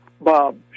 Bob